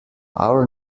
our